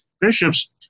bishops